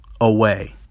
away